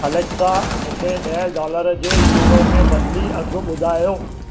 Alexa मूंखे ॾह dollar जे यूरो में बदिली अघु ॿुधायो